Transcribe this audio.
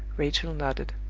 rachel nodded.